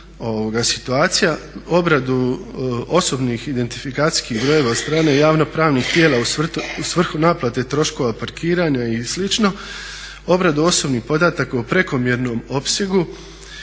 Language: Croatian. obradu osobnih identifikacijskih brojeva od strane javno pravnih tijela u svrhu naplate troškova parkiranja i slično, obradu osobnih podataka u prekomjernom opsegu